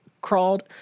crawled